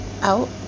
out